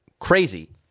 Crazy